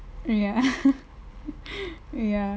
ya ya